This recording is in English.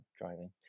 driving